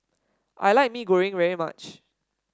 I like Mee Goreng very much